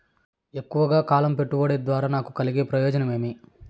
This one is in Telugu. ఎక్కువగా కాలం పెట్టుబడి ద్వారా నాకు కలిగే ప్రయోజనం ఏమి?